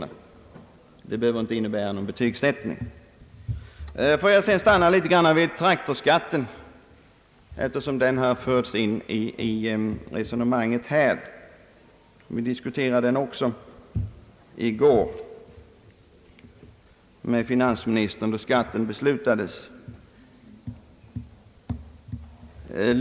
Vad jag här sagt behöver alltså inte innebära någon betygssättning. Traktorskatten har förts in i resonemanget här. Vi diskuterade den också med finansministern i går, då skatten beslutades.